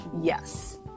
yes